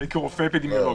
כרופא אפידמיולוג.